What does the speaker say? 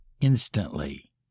instantly